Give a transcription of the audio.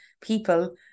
people